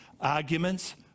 arguments